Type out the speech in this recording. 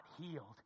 healed